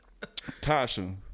Tasha